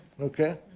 Okay